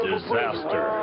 Disaster